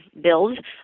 build